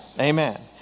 amen